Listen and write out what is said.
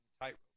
tightrope